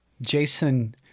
Jason